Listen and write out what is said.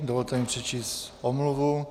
Dovolte mi přečíst omluvu.